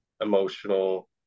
emotional